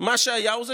מה שהיה הוא שיהיה.